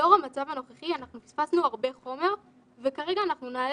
לאור המצב הנוכחי אנחנו פספסנו הרבה חומר וכרגע אנחנו נעלה